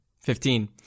Fifteen